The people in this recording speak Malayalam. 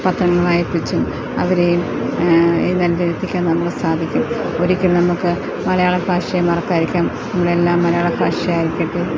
പത്രങ്ങൾ വായിപ്പിച്ചും അവരെയും ഏതാണ്ട് എത്തിക്കാൻ നമുക്ക് സാധിക്കും ഒരിക്കൽ നമുക്ക് മലയാള ഭാഷയെ മറക്കാതിരിക്കാൻ നമ്മുടെ എല്ലാം മലയാള ഭാഷ ആയിരിക്കട്ടെ